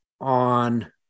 on